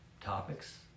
topics